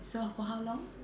so for how long